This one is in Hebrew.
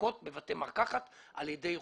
ומסופקות בבתי מרקחת על ידי רוקח.